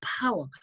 power